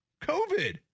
COVID